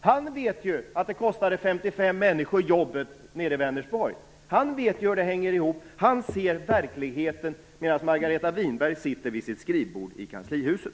Han vet att detta kostade 55 människor jobben nere i Vänersborg. Han vet hur det hänger ihop, och han ser verkligheten medan Margareta Winberg sitter vid sitt skrivbord i kanslihuset.